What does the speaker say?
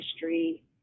history